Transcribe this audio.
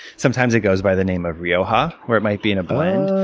sometimes, it goes by the name of rioja where it might be in a blend.